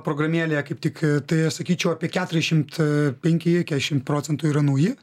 programėlėje kaip tik tai aš sakyčiau apie keturiasdešimt penki keturiasdešimt procentų yra nauji